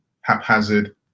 haphazard